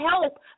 help